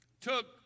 took